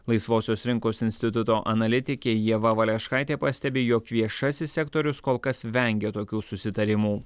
laisvosios rinkos instituto analitikė ieva valeškaitė pastebi jog viešasis sektorius kol kas vengia tokių susitarimų